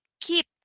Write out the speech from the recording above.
keep